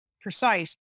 precise